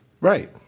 Right